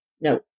no